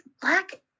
Black